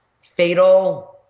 Fatal